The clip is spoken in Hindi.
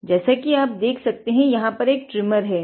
तो जैसा कि आप देख सकते हैं कि यहाँ एक ट्रिमर है